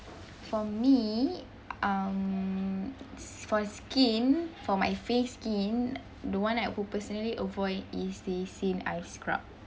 for me um s~ for skin for my face skin the one I would personally avoid is the St. Ives scrub